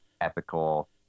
ethical